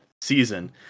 season